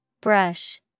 Brush